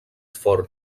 forn